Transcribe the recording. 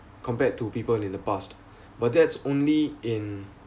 compared to people in the past but that's only in